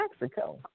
Mexico